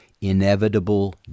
inevitable